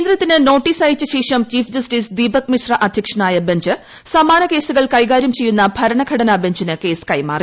കേന്ദ്രത്തിന് നോട്ടീസ് അയച്ചശേഷം chief justice Deepak Misra അധ്യക്ഷനായ ബഞ്ച് സമാന കേസുകൾ കൈകാര്യം ചെയ്യുന്ന ഭരണഘടന ബഞ്ചിന് കേസ് കൈമാറി